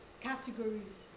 categories